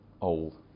old